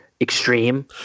extreme